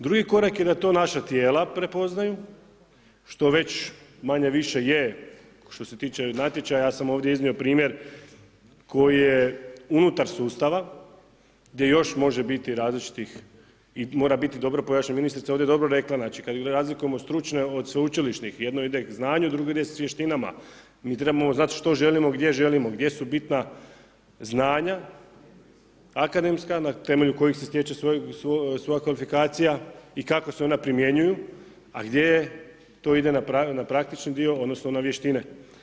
Drugi korak je da to naša tijela prepoznaju što već manje-više je što se tiče natječaja, ja sam ovdje iznio primjer koji je unutar sustava gdje još može biti različitih i mora biti dobro pojašnjeno, ministrica je ovdje dobro rekla, znači kada razlikujemo stručne od sveučilišnih, jedno ide k znanju, drugo ide s vještinama, mi trebamo znati što želimo, gdje želimo, gdje su bitna znanja akademska na temelju kojeg se stječe sva kvalifikacija i kako se ona primjenjuju a gdje to ide na praktični dio, odnosno na vještine.